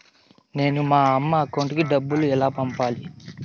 మేము మా అమ్మ అకౌంట్ కి డబ్బులు ఎలా పంపాలి